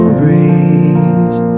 breeze